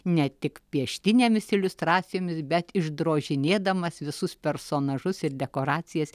ne tik pieštinėmis iliustracijomis bet išdrožinėdamas visus personažus ir dekoracijas